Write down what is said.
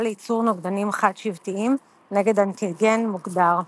לייצור נוגדנים חד שבטיים נגד אנטיגן מוגדר,